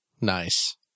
Nice